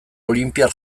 olinpiar